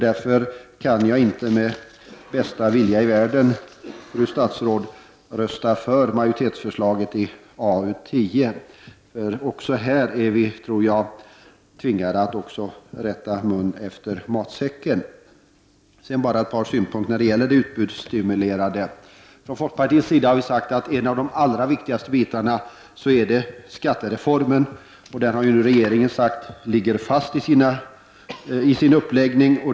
Jag kan därför inte med bästa vilja i världen, fru statsråd, rösta för majoritetsförslaget i arbetsmarknadsutskottets betänkande nr 10. Vi är även i det avseendet tvingade att rätta mun efter matsäcken. Sedan ett par synpunkter på frågan om utbudsstimuleringen. Från folkpartiets sida har vi sagt att ett av de viktigaste inslagen här är skattereformen. Regeringen har nu sagt att skattereformen ligger fast i sin uppläggning.